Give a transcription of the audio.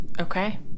okay